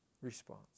response